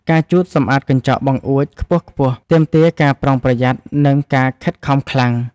ការជូតសម្អាតកញ្ចក់បង្អួចខ្ពស់ៗ ទាមទារការប្រុងប្រយ័ត្ន និងការខិតខំខ្លាំង។